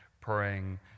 praying